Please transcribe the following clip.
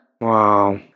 Wow